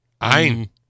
Ein